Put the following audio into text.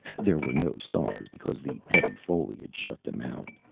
there were no stars because the heavy foliage shut them out.